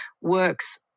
works